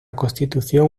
constitución